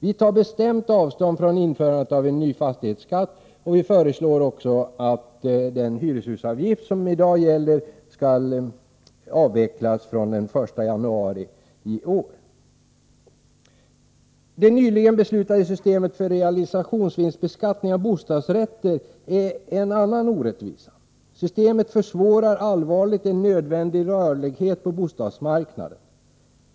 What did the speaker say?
Vi tar bestämt avstånd från införande av en ny fastighetsskatt och föreslår också att den hyreshusavgift som nu gäller skall avskaffas fr.o.m. den 1 januari i år. Det nyligen beslutade systemet för realisationsvinstbeskattning av bostadsrätter är en annan orättvisa. Systemet försvårar allvarligt en nödvändig rörlighet på bostadsmarknaden.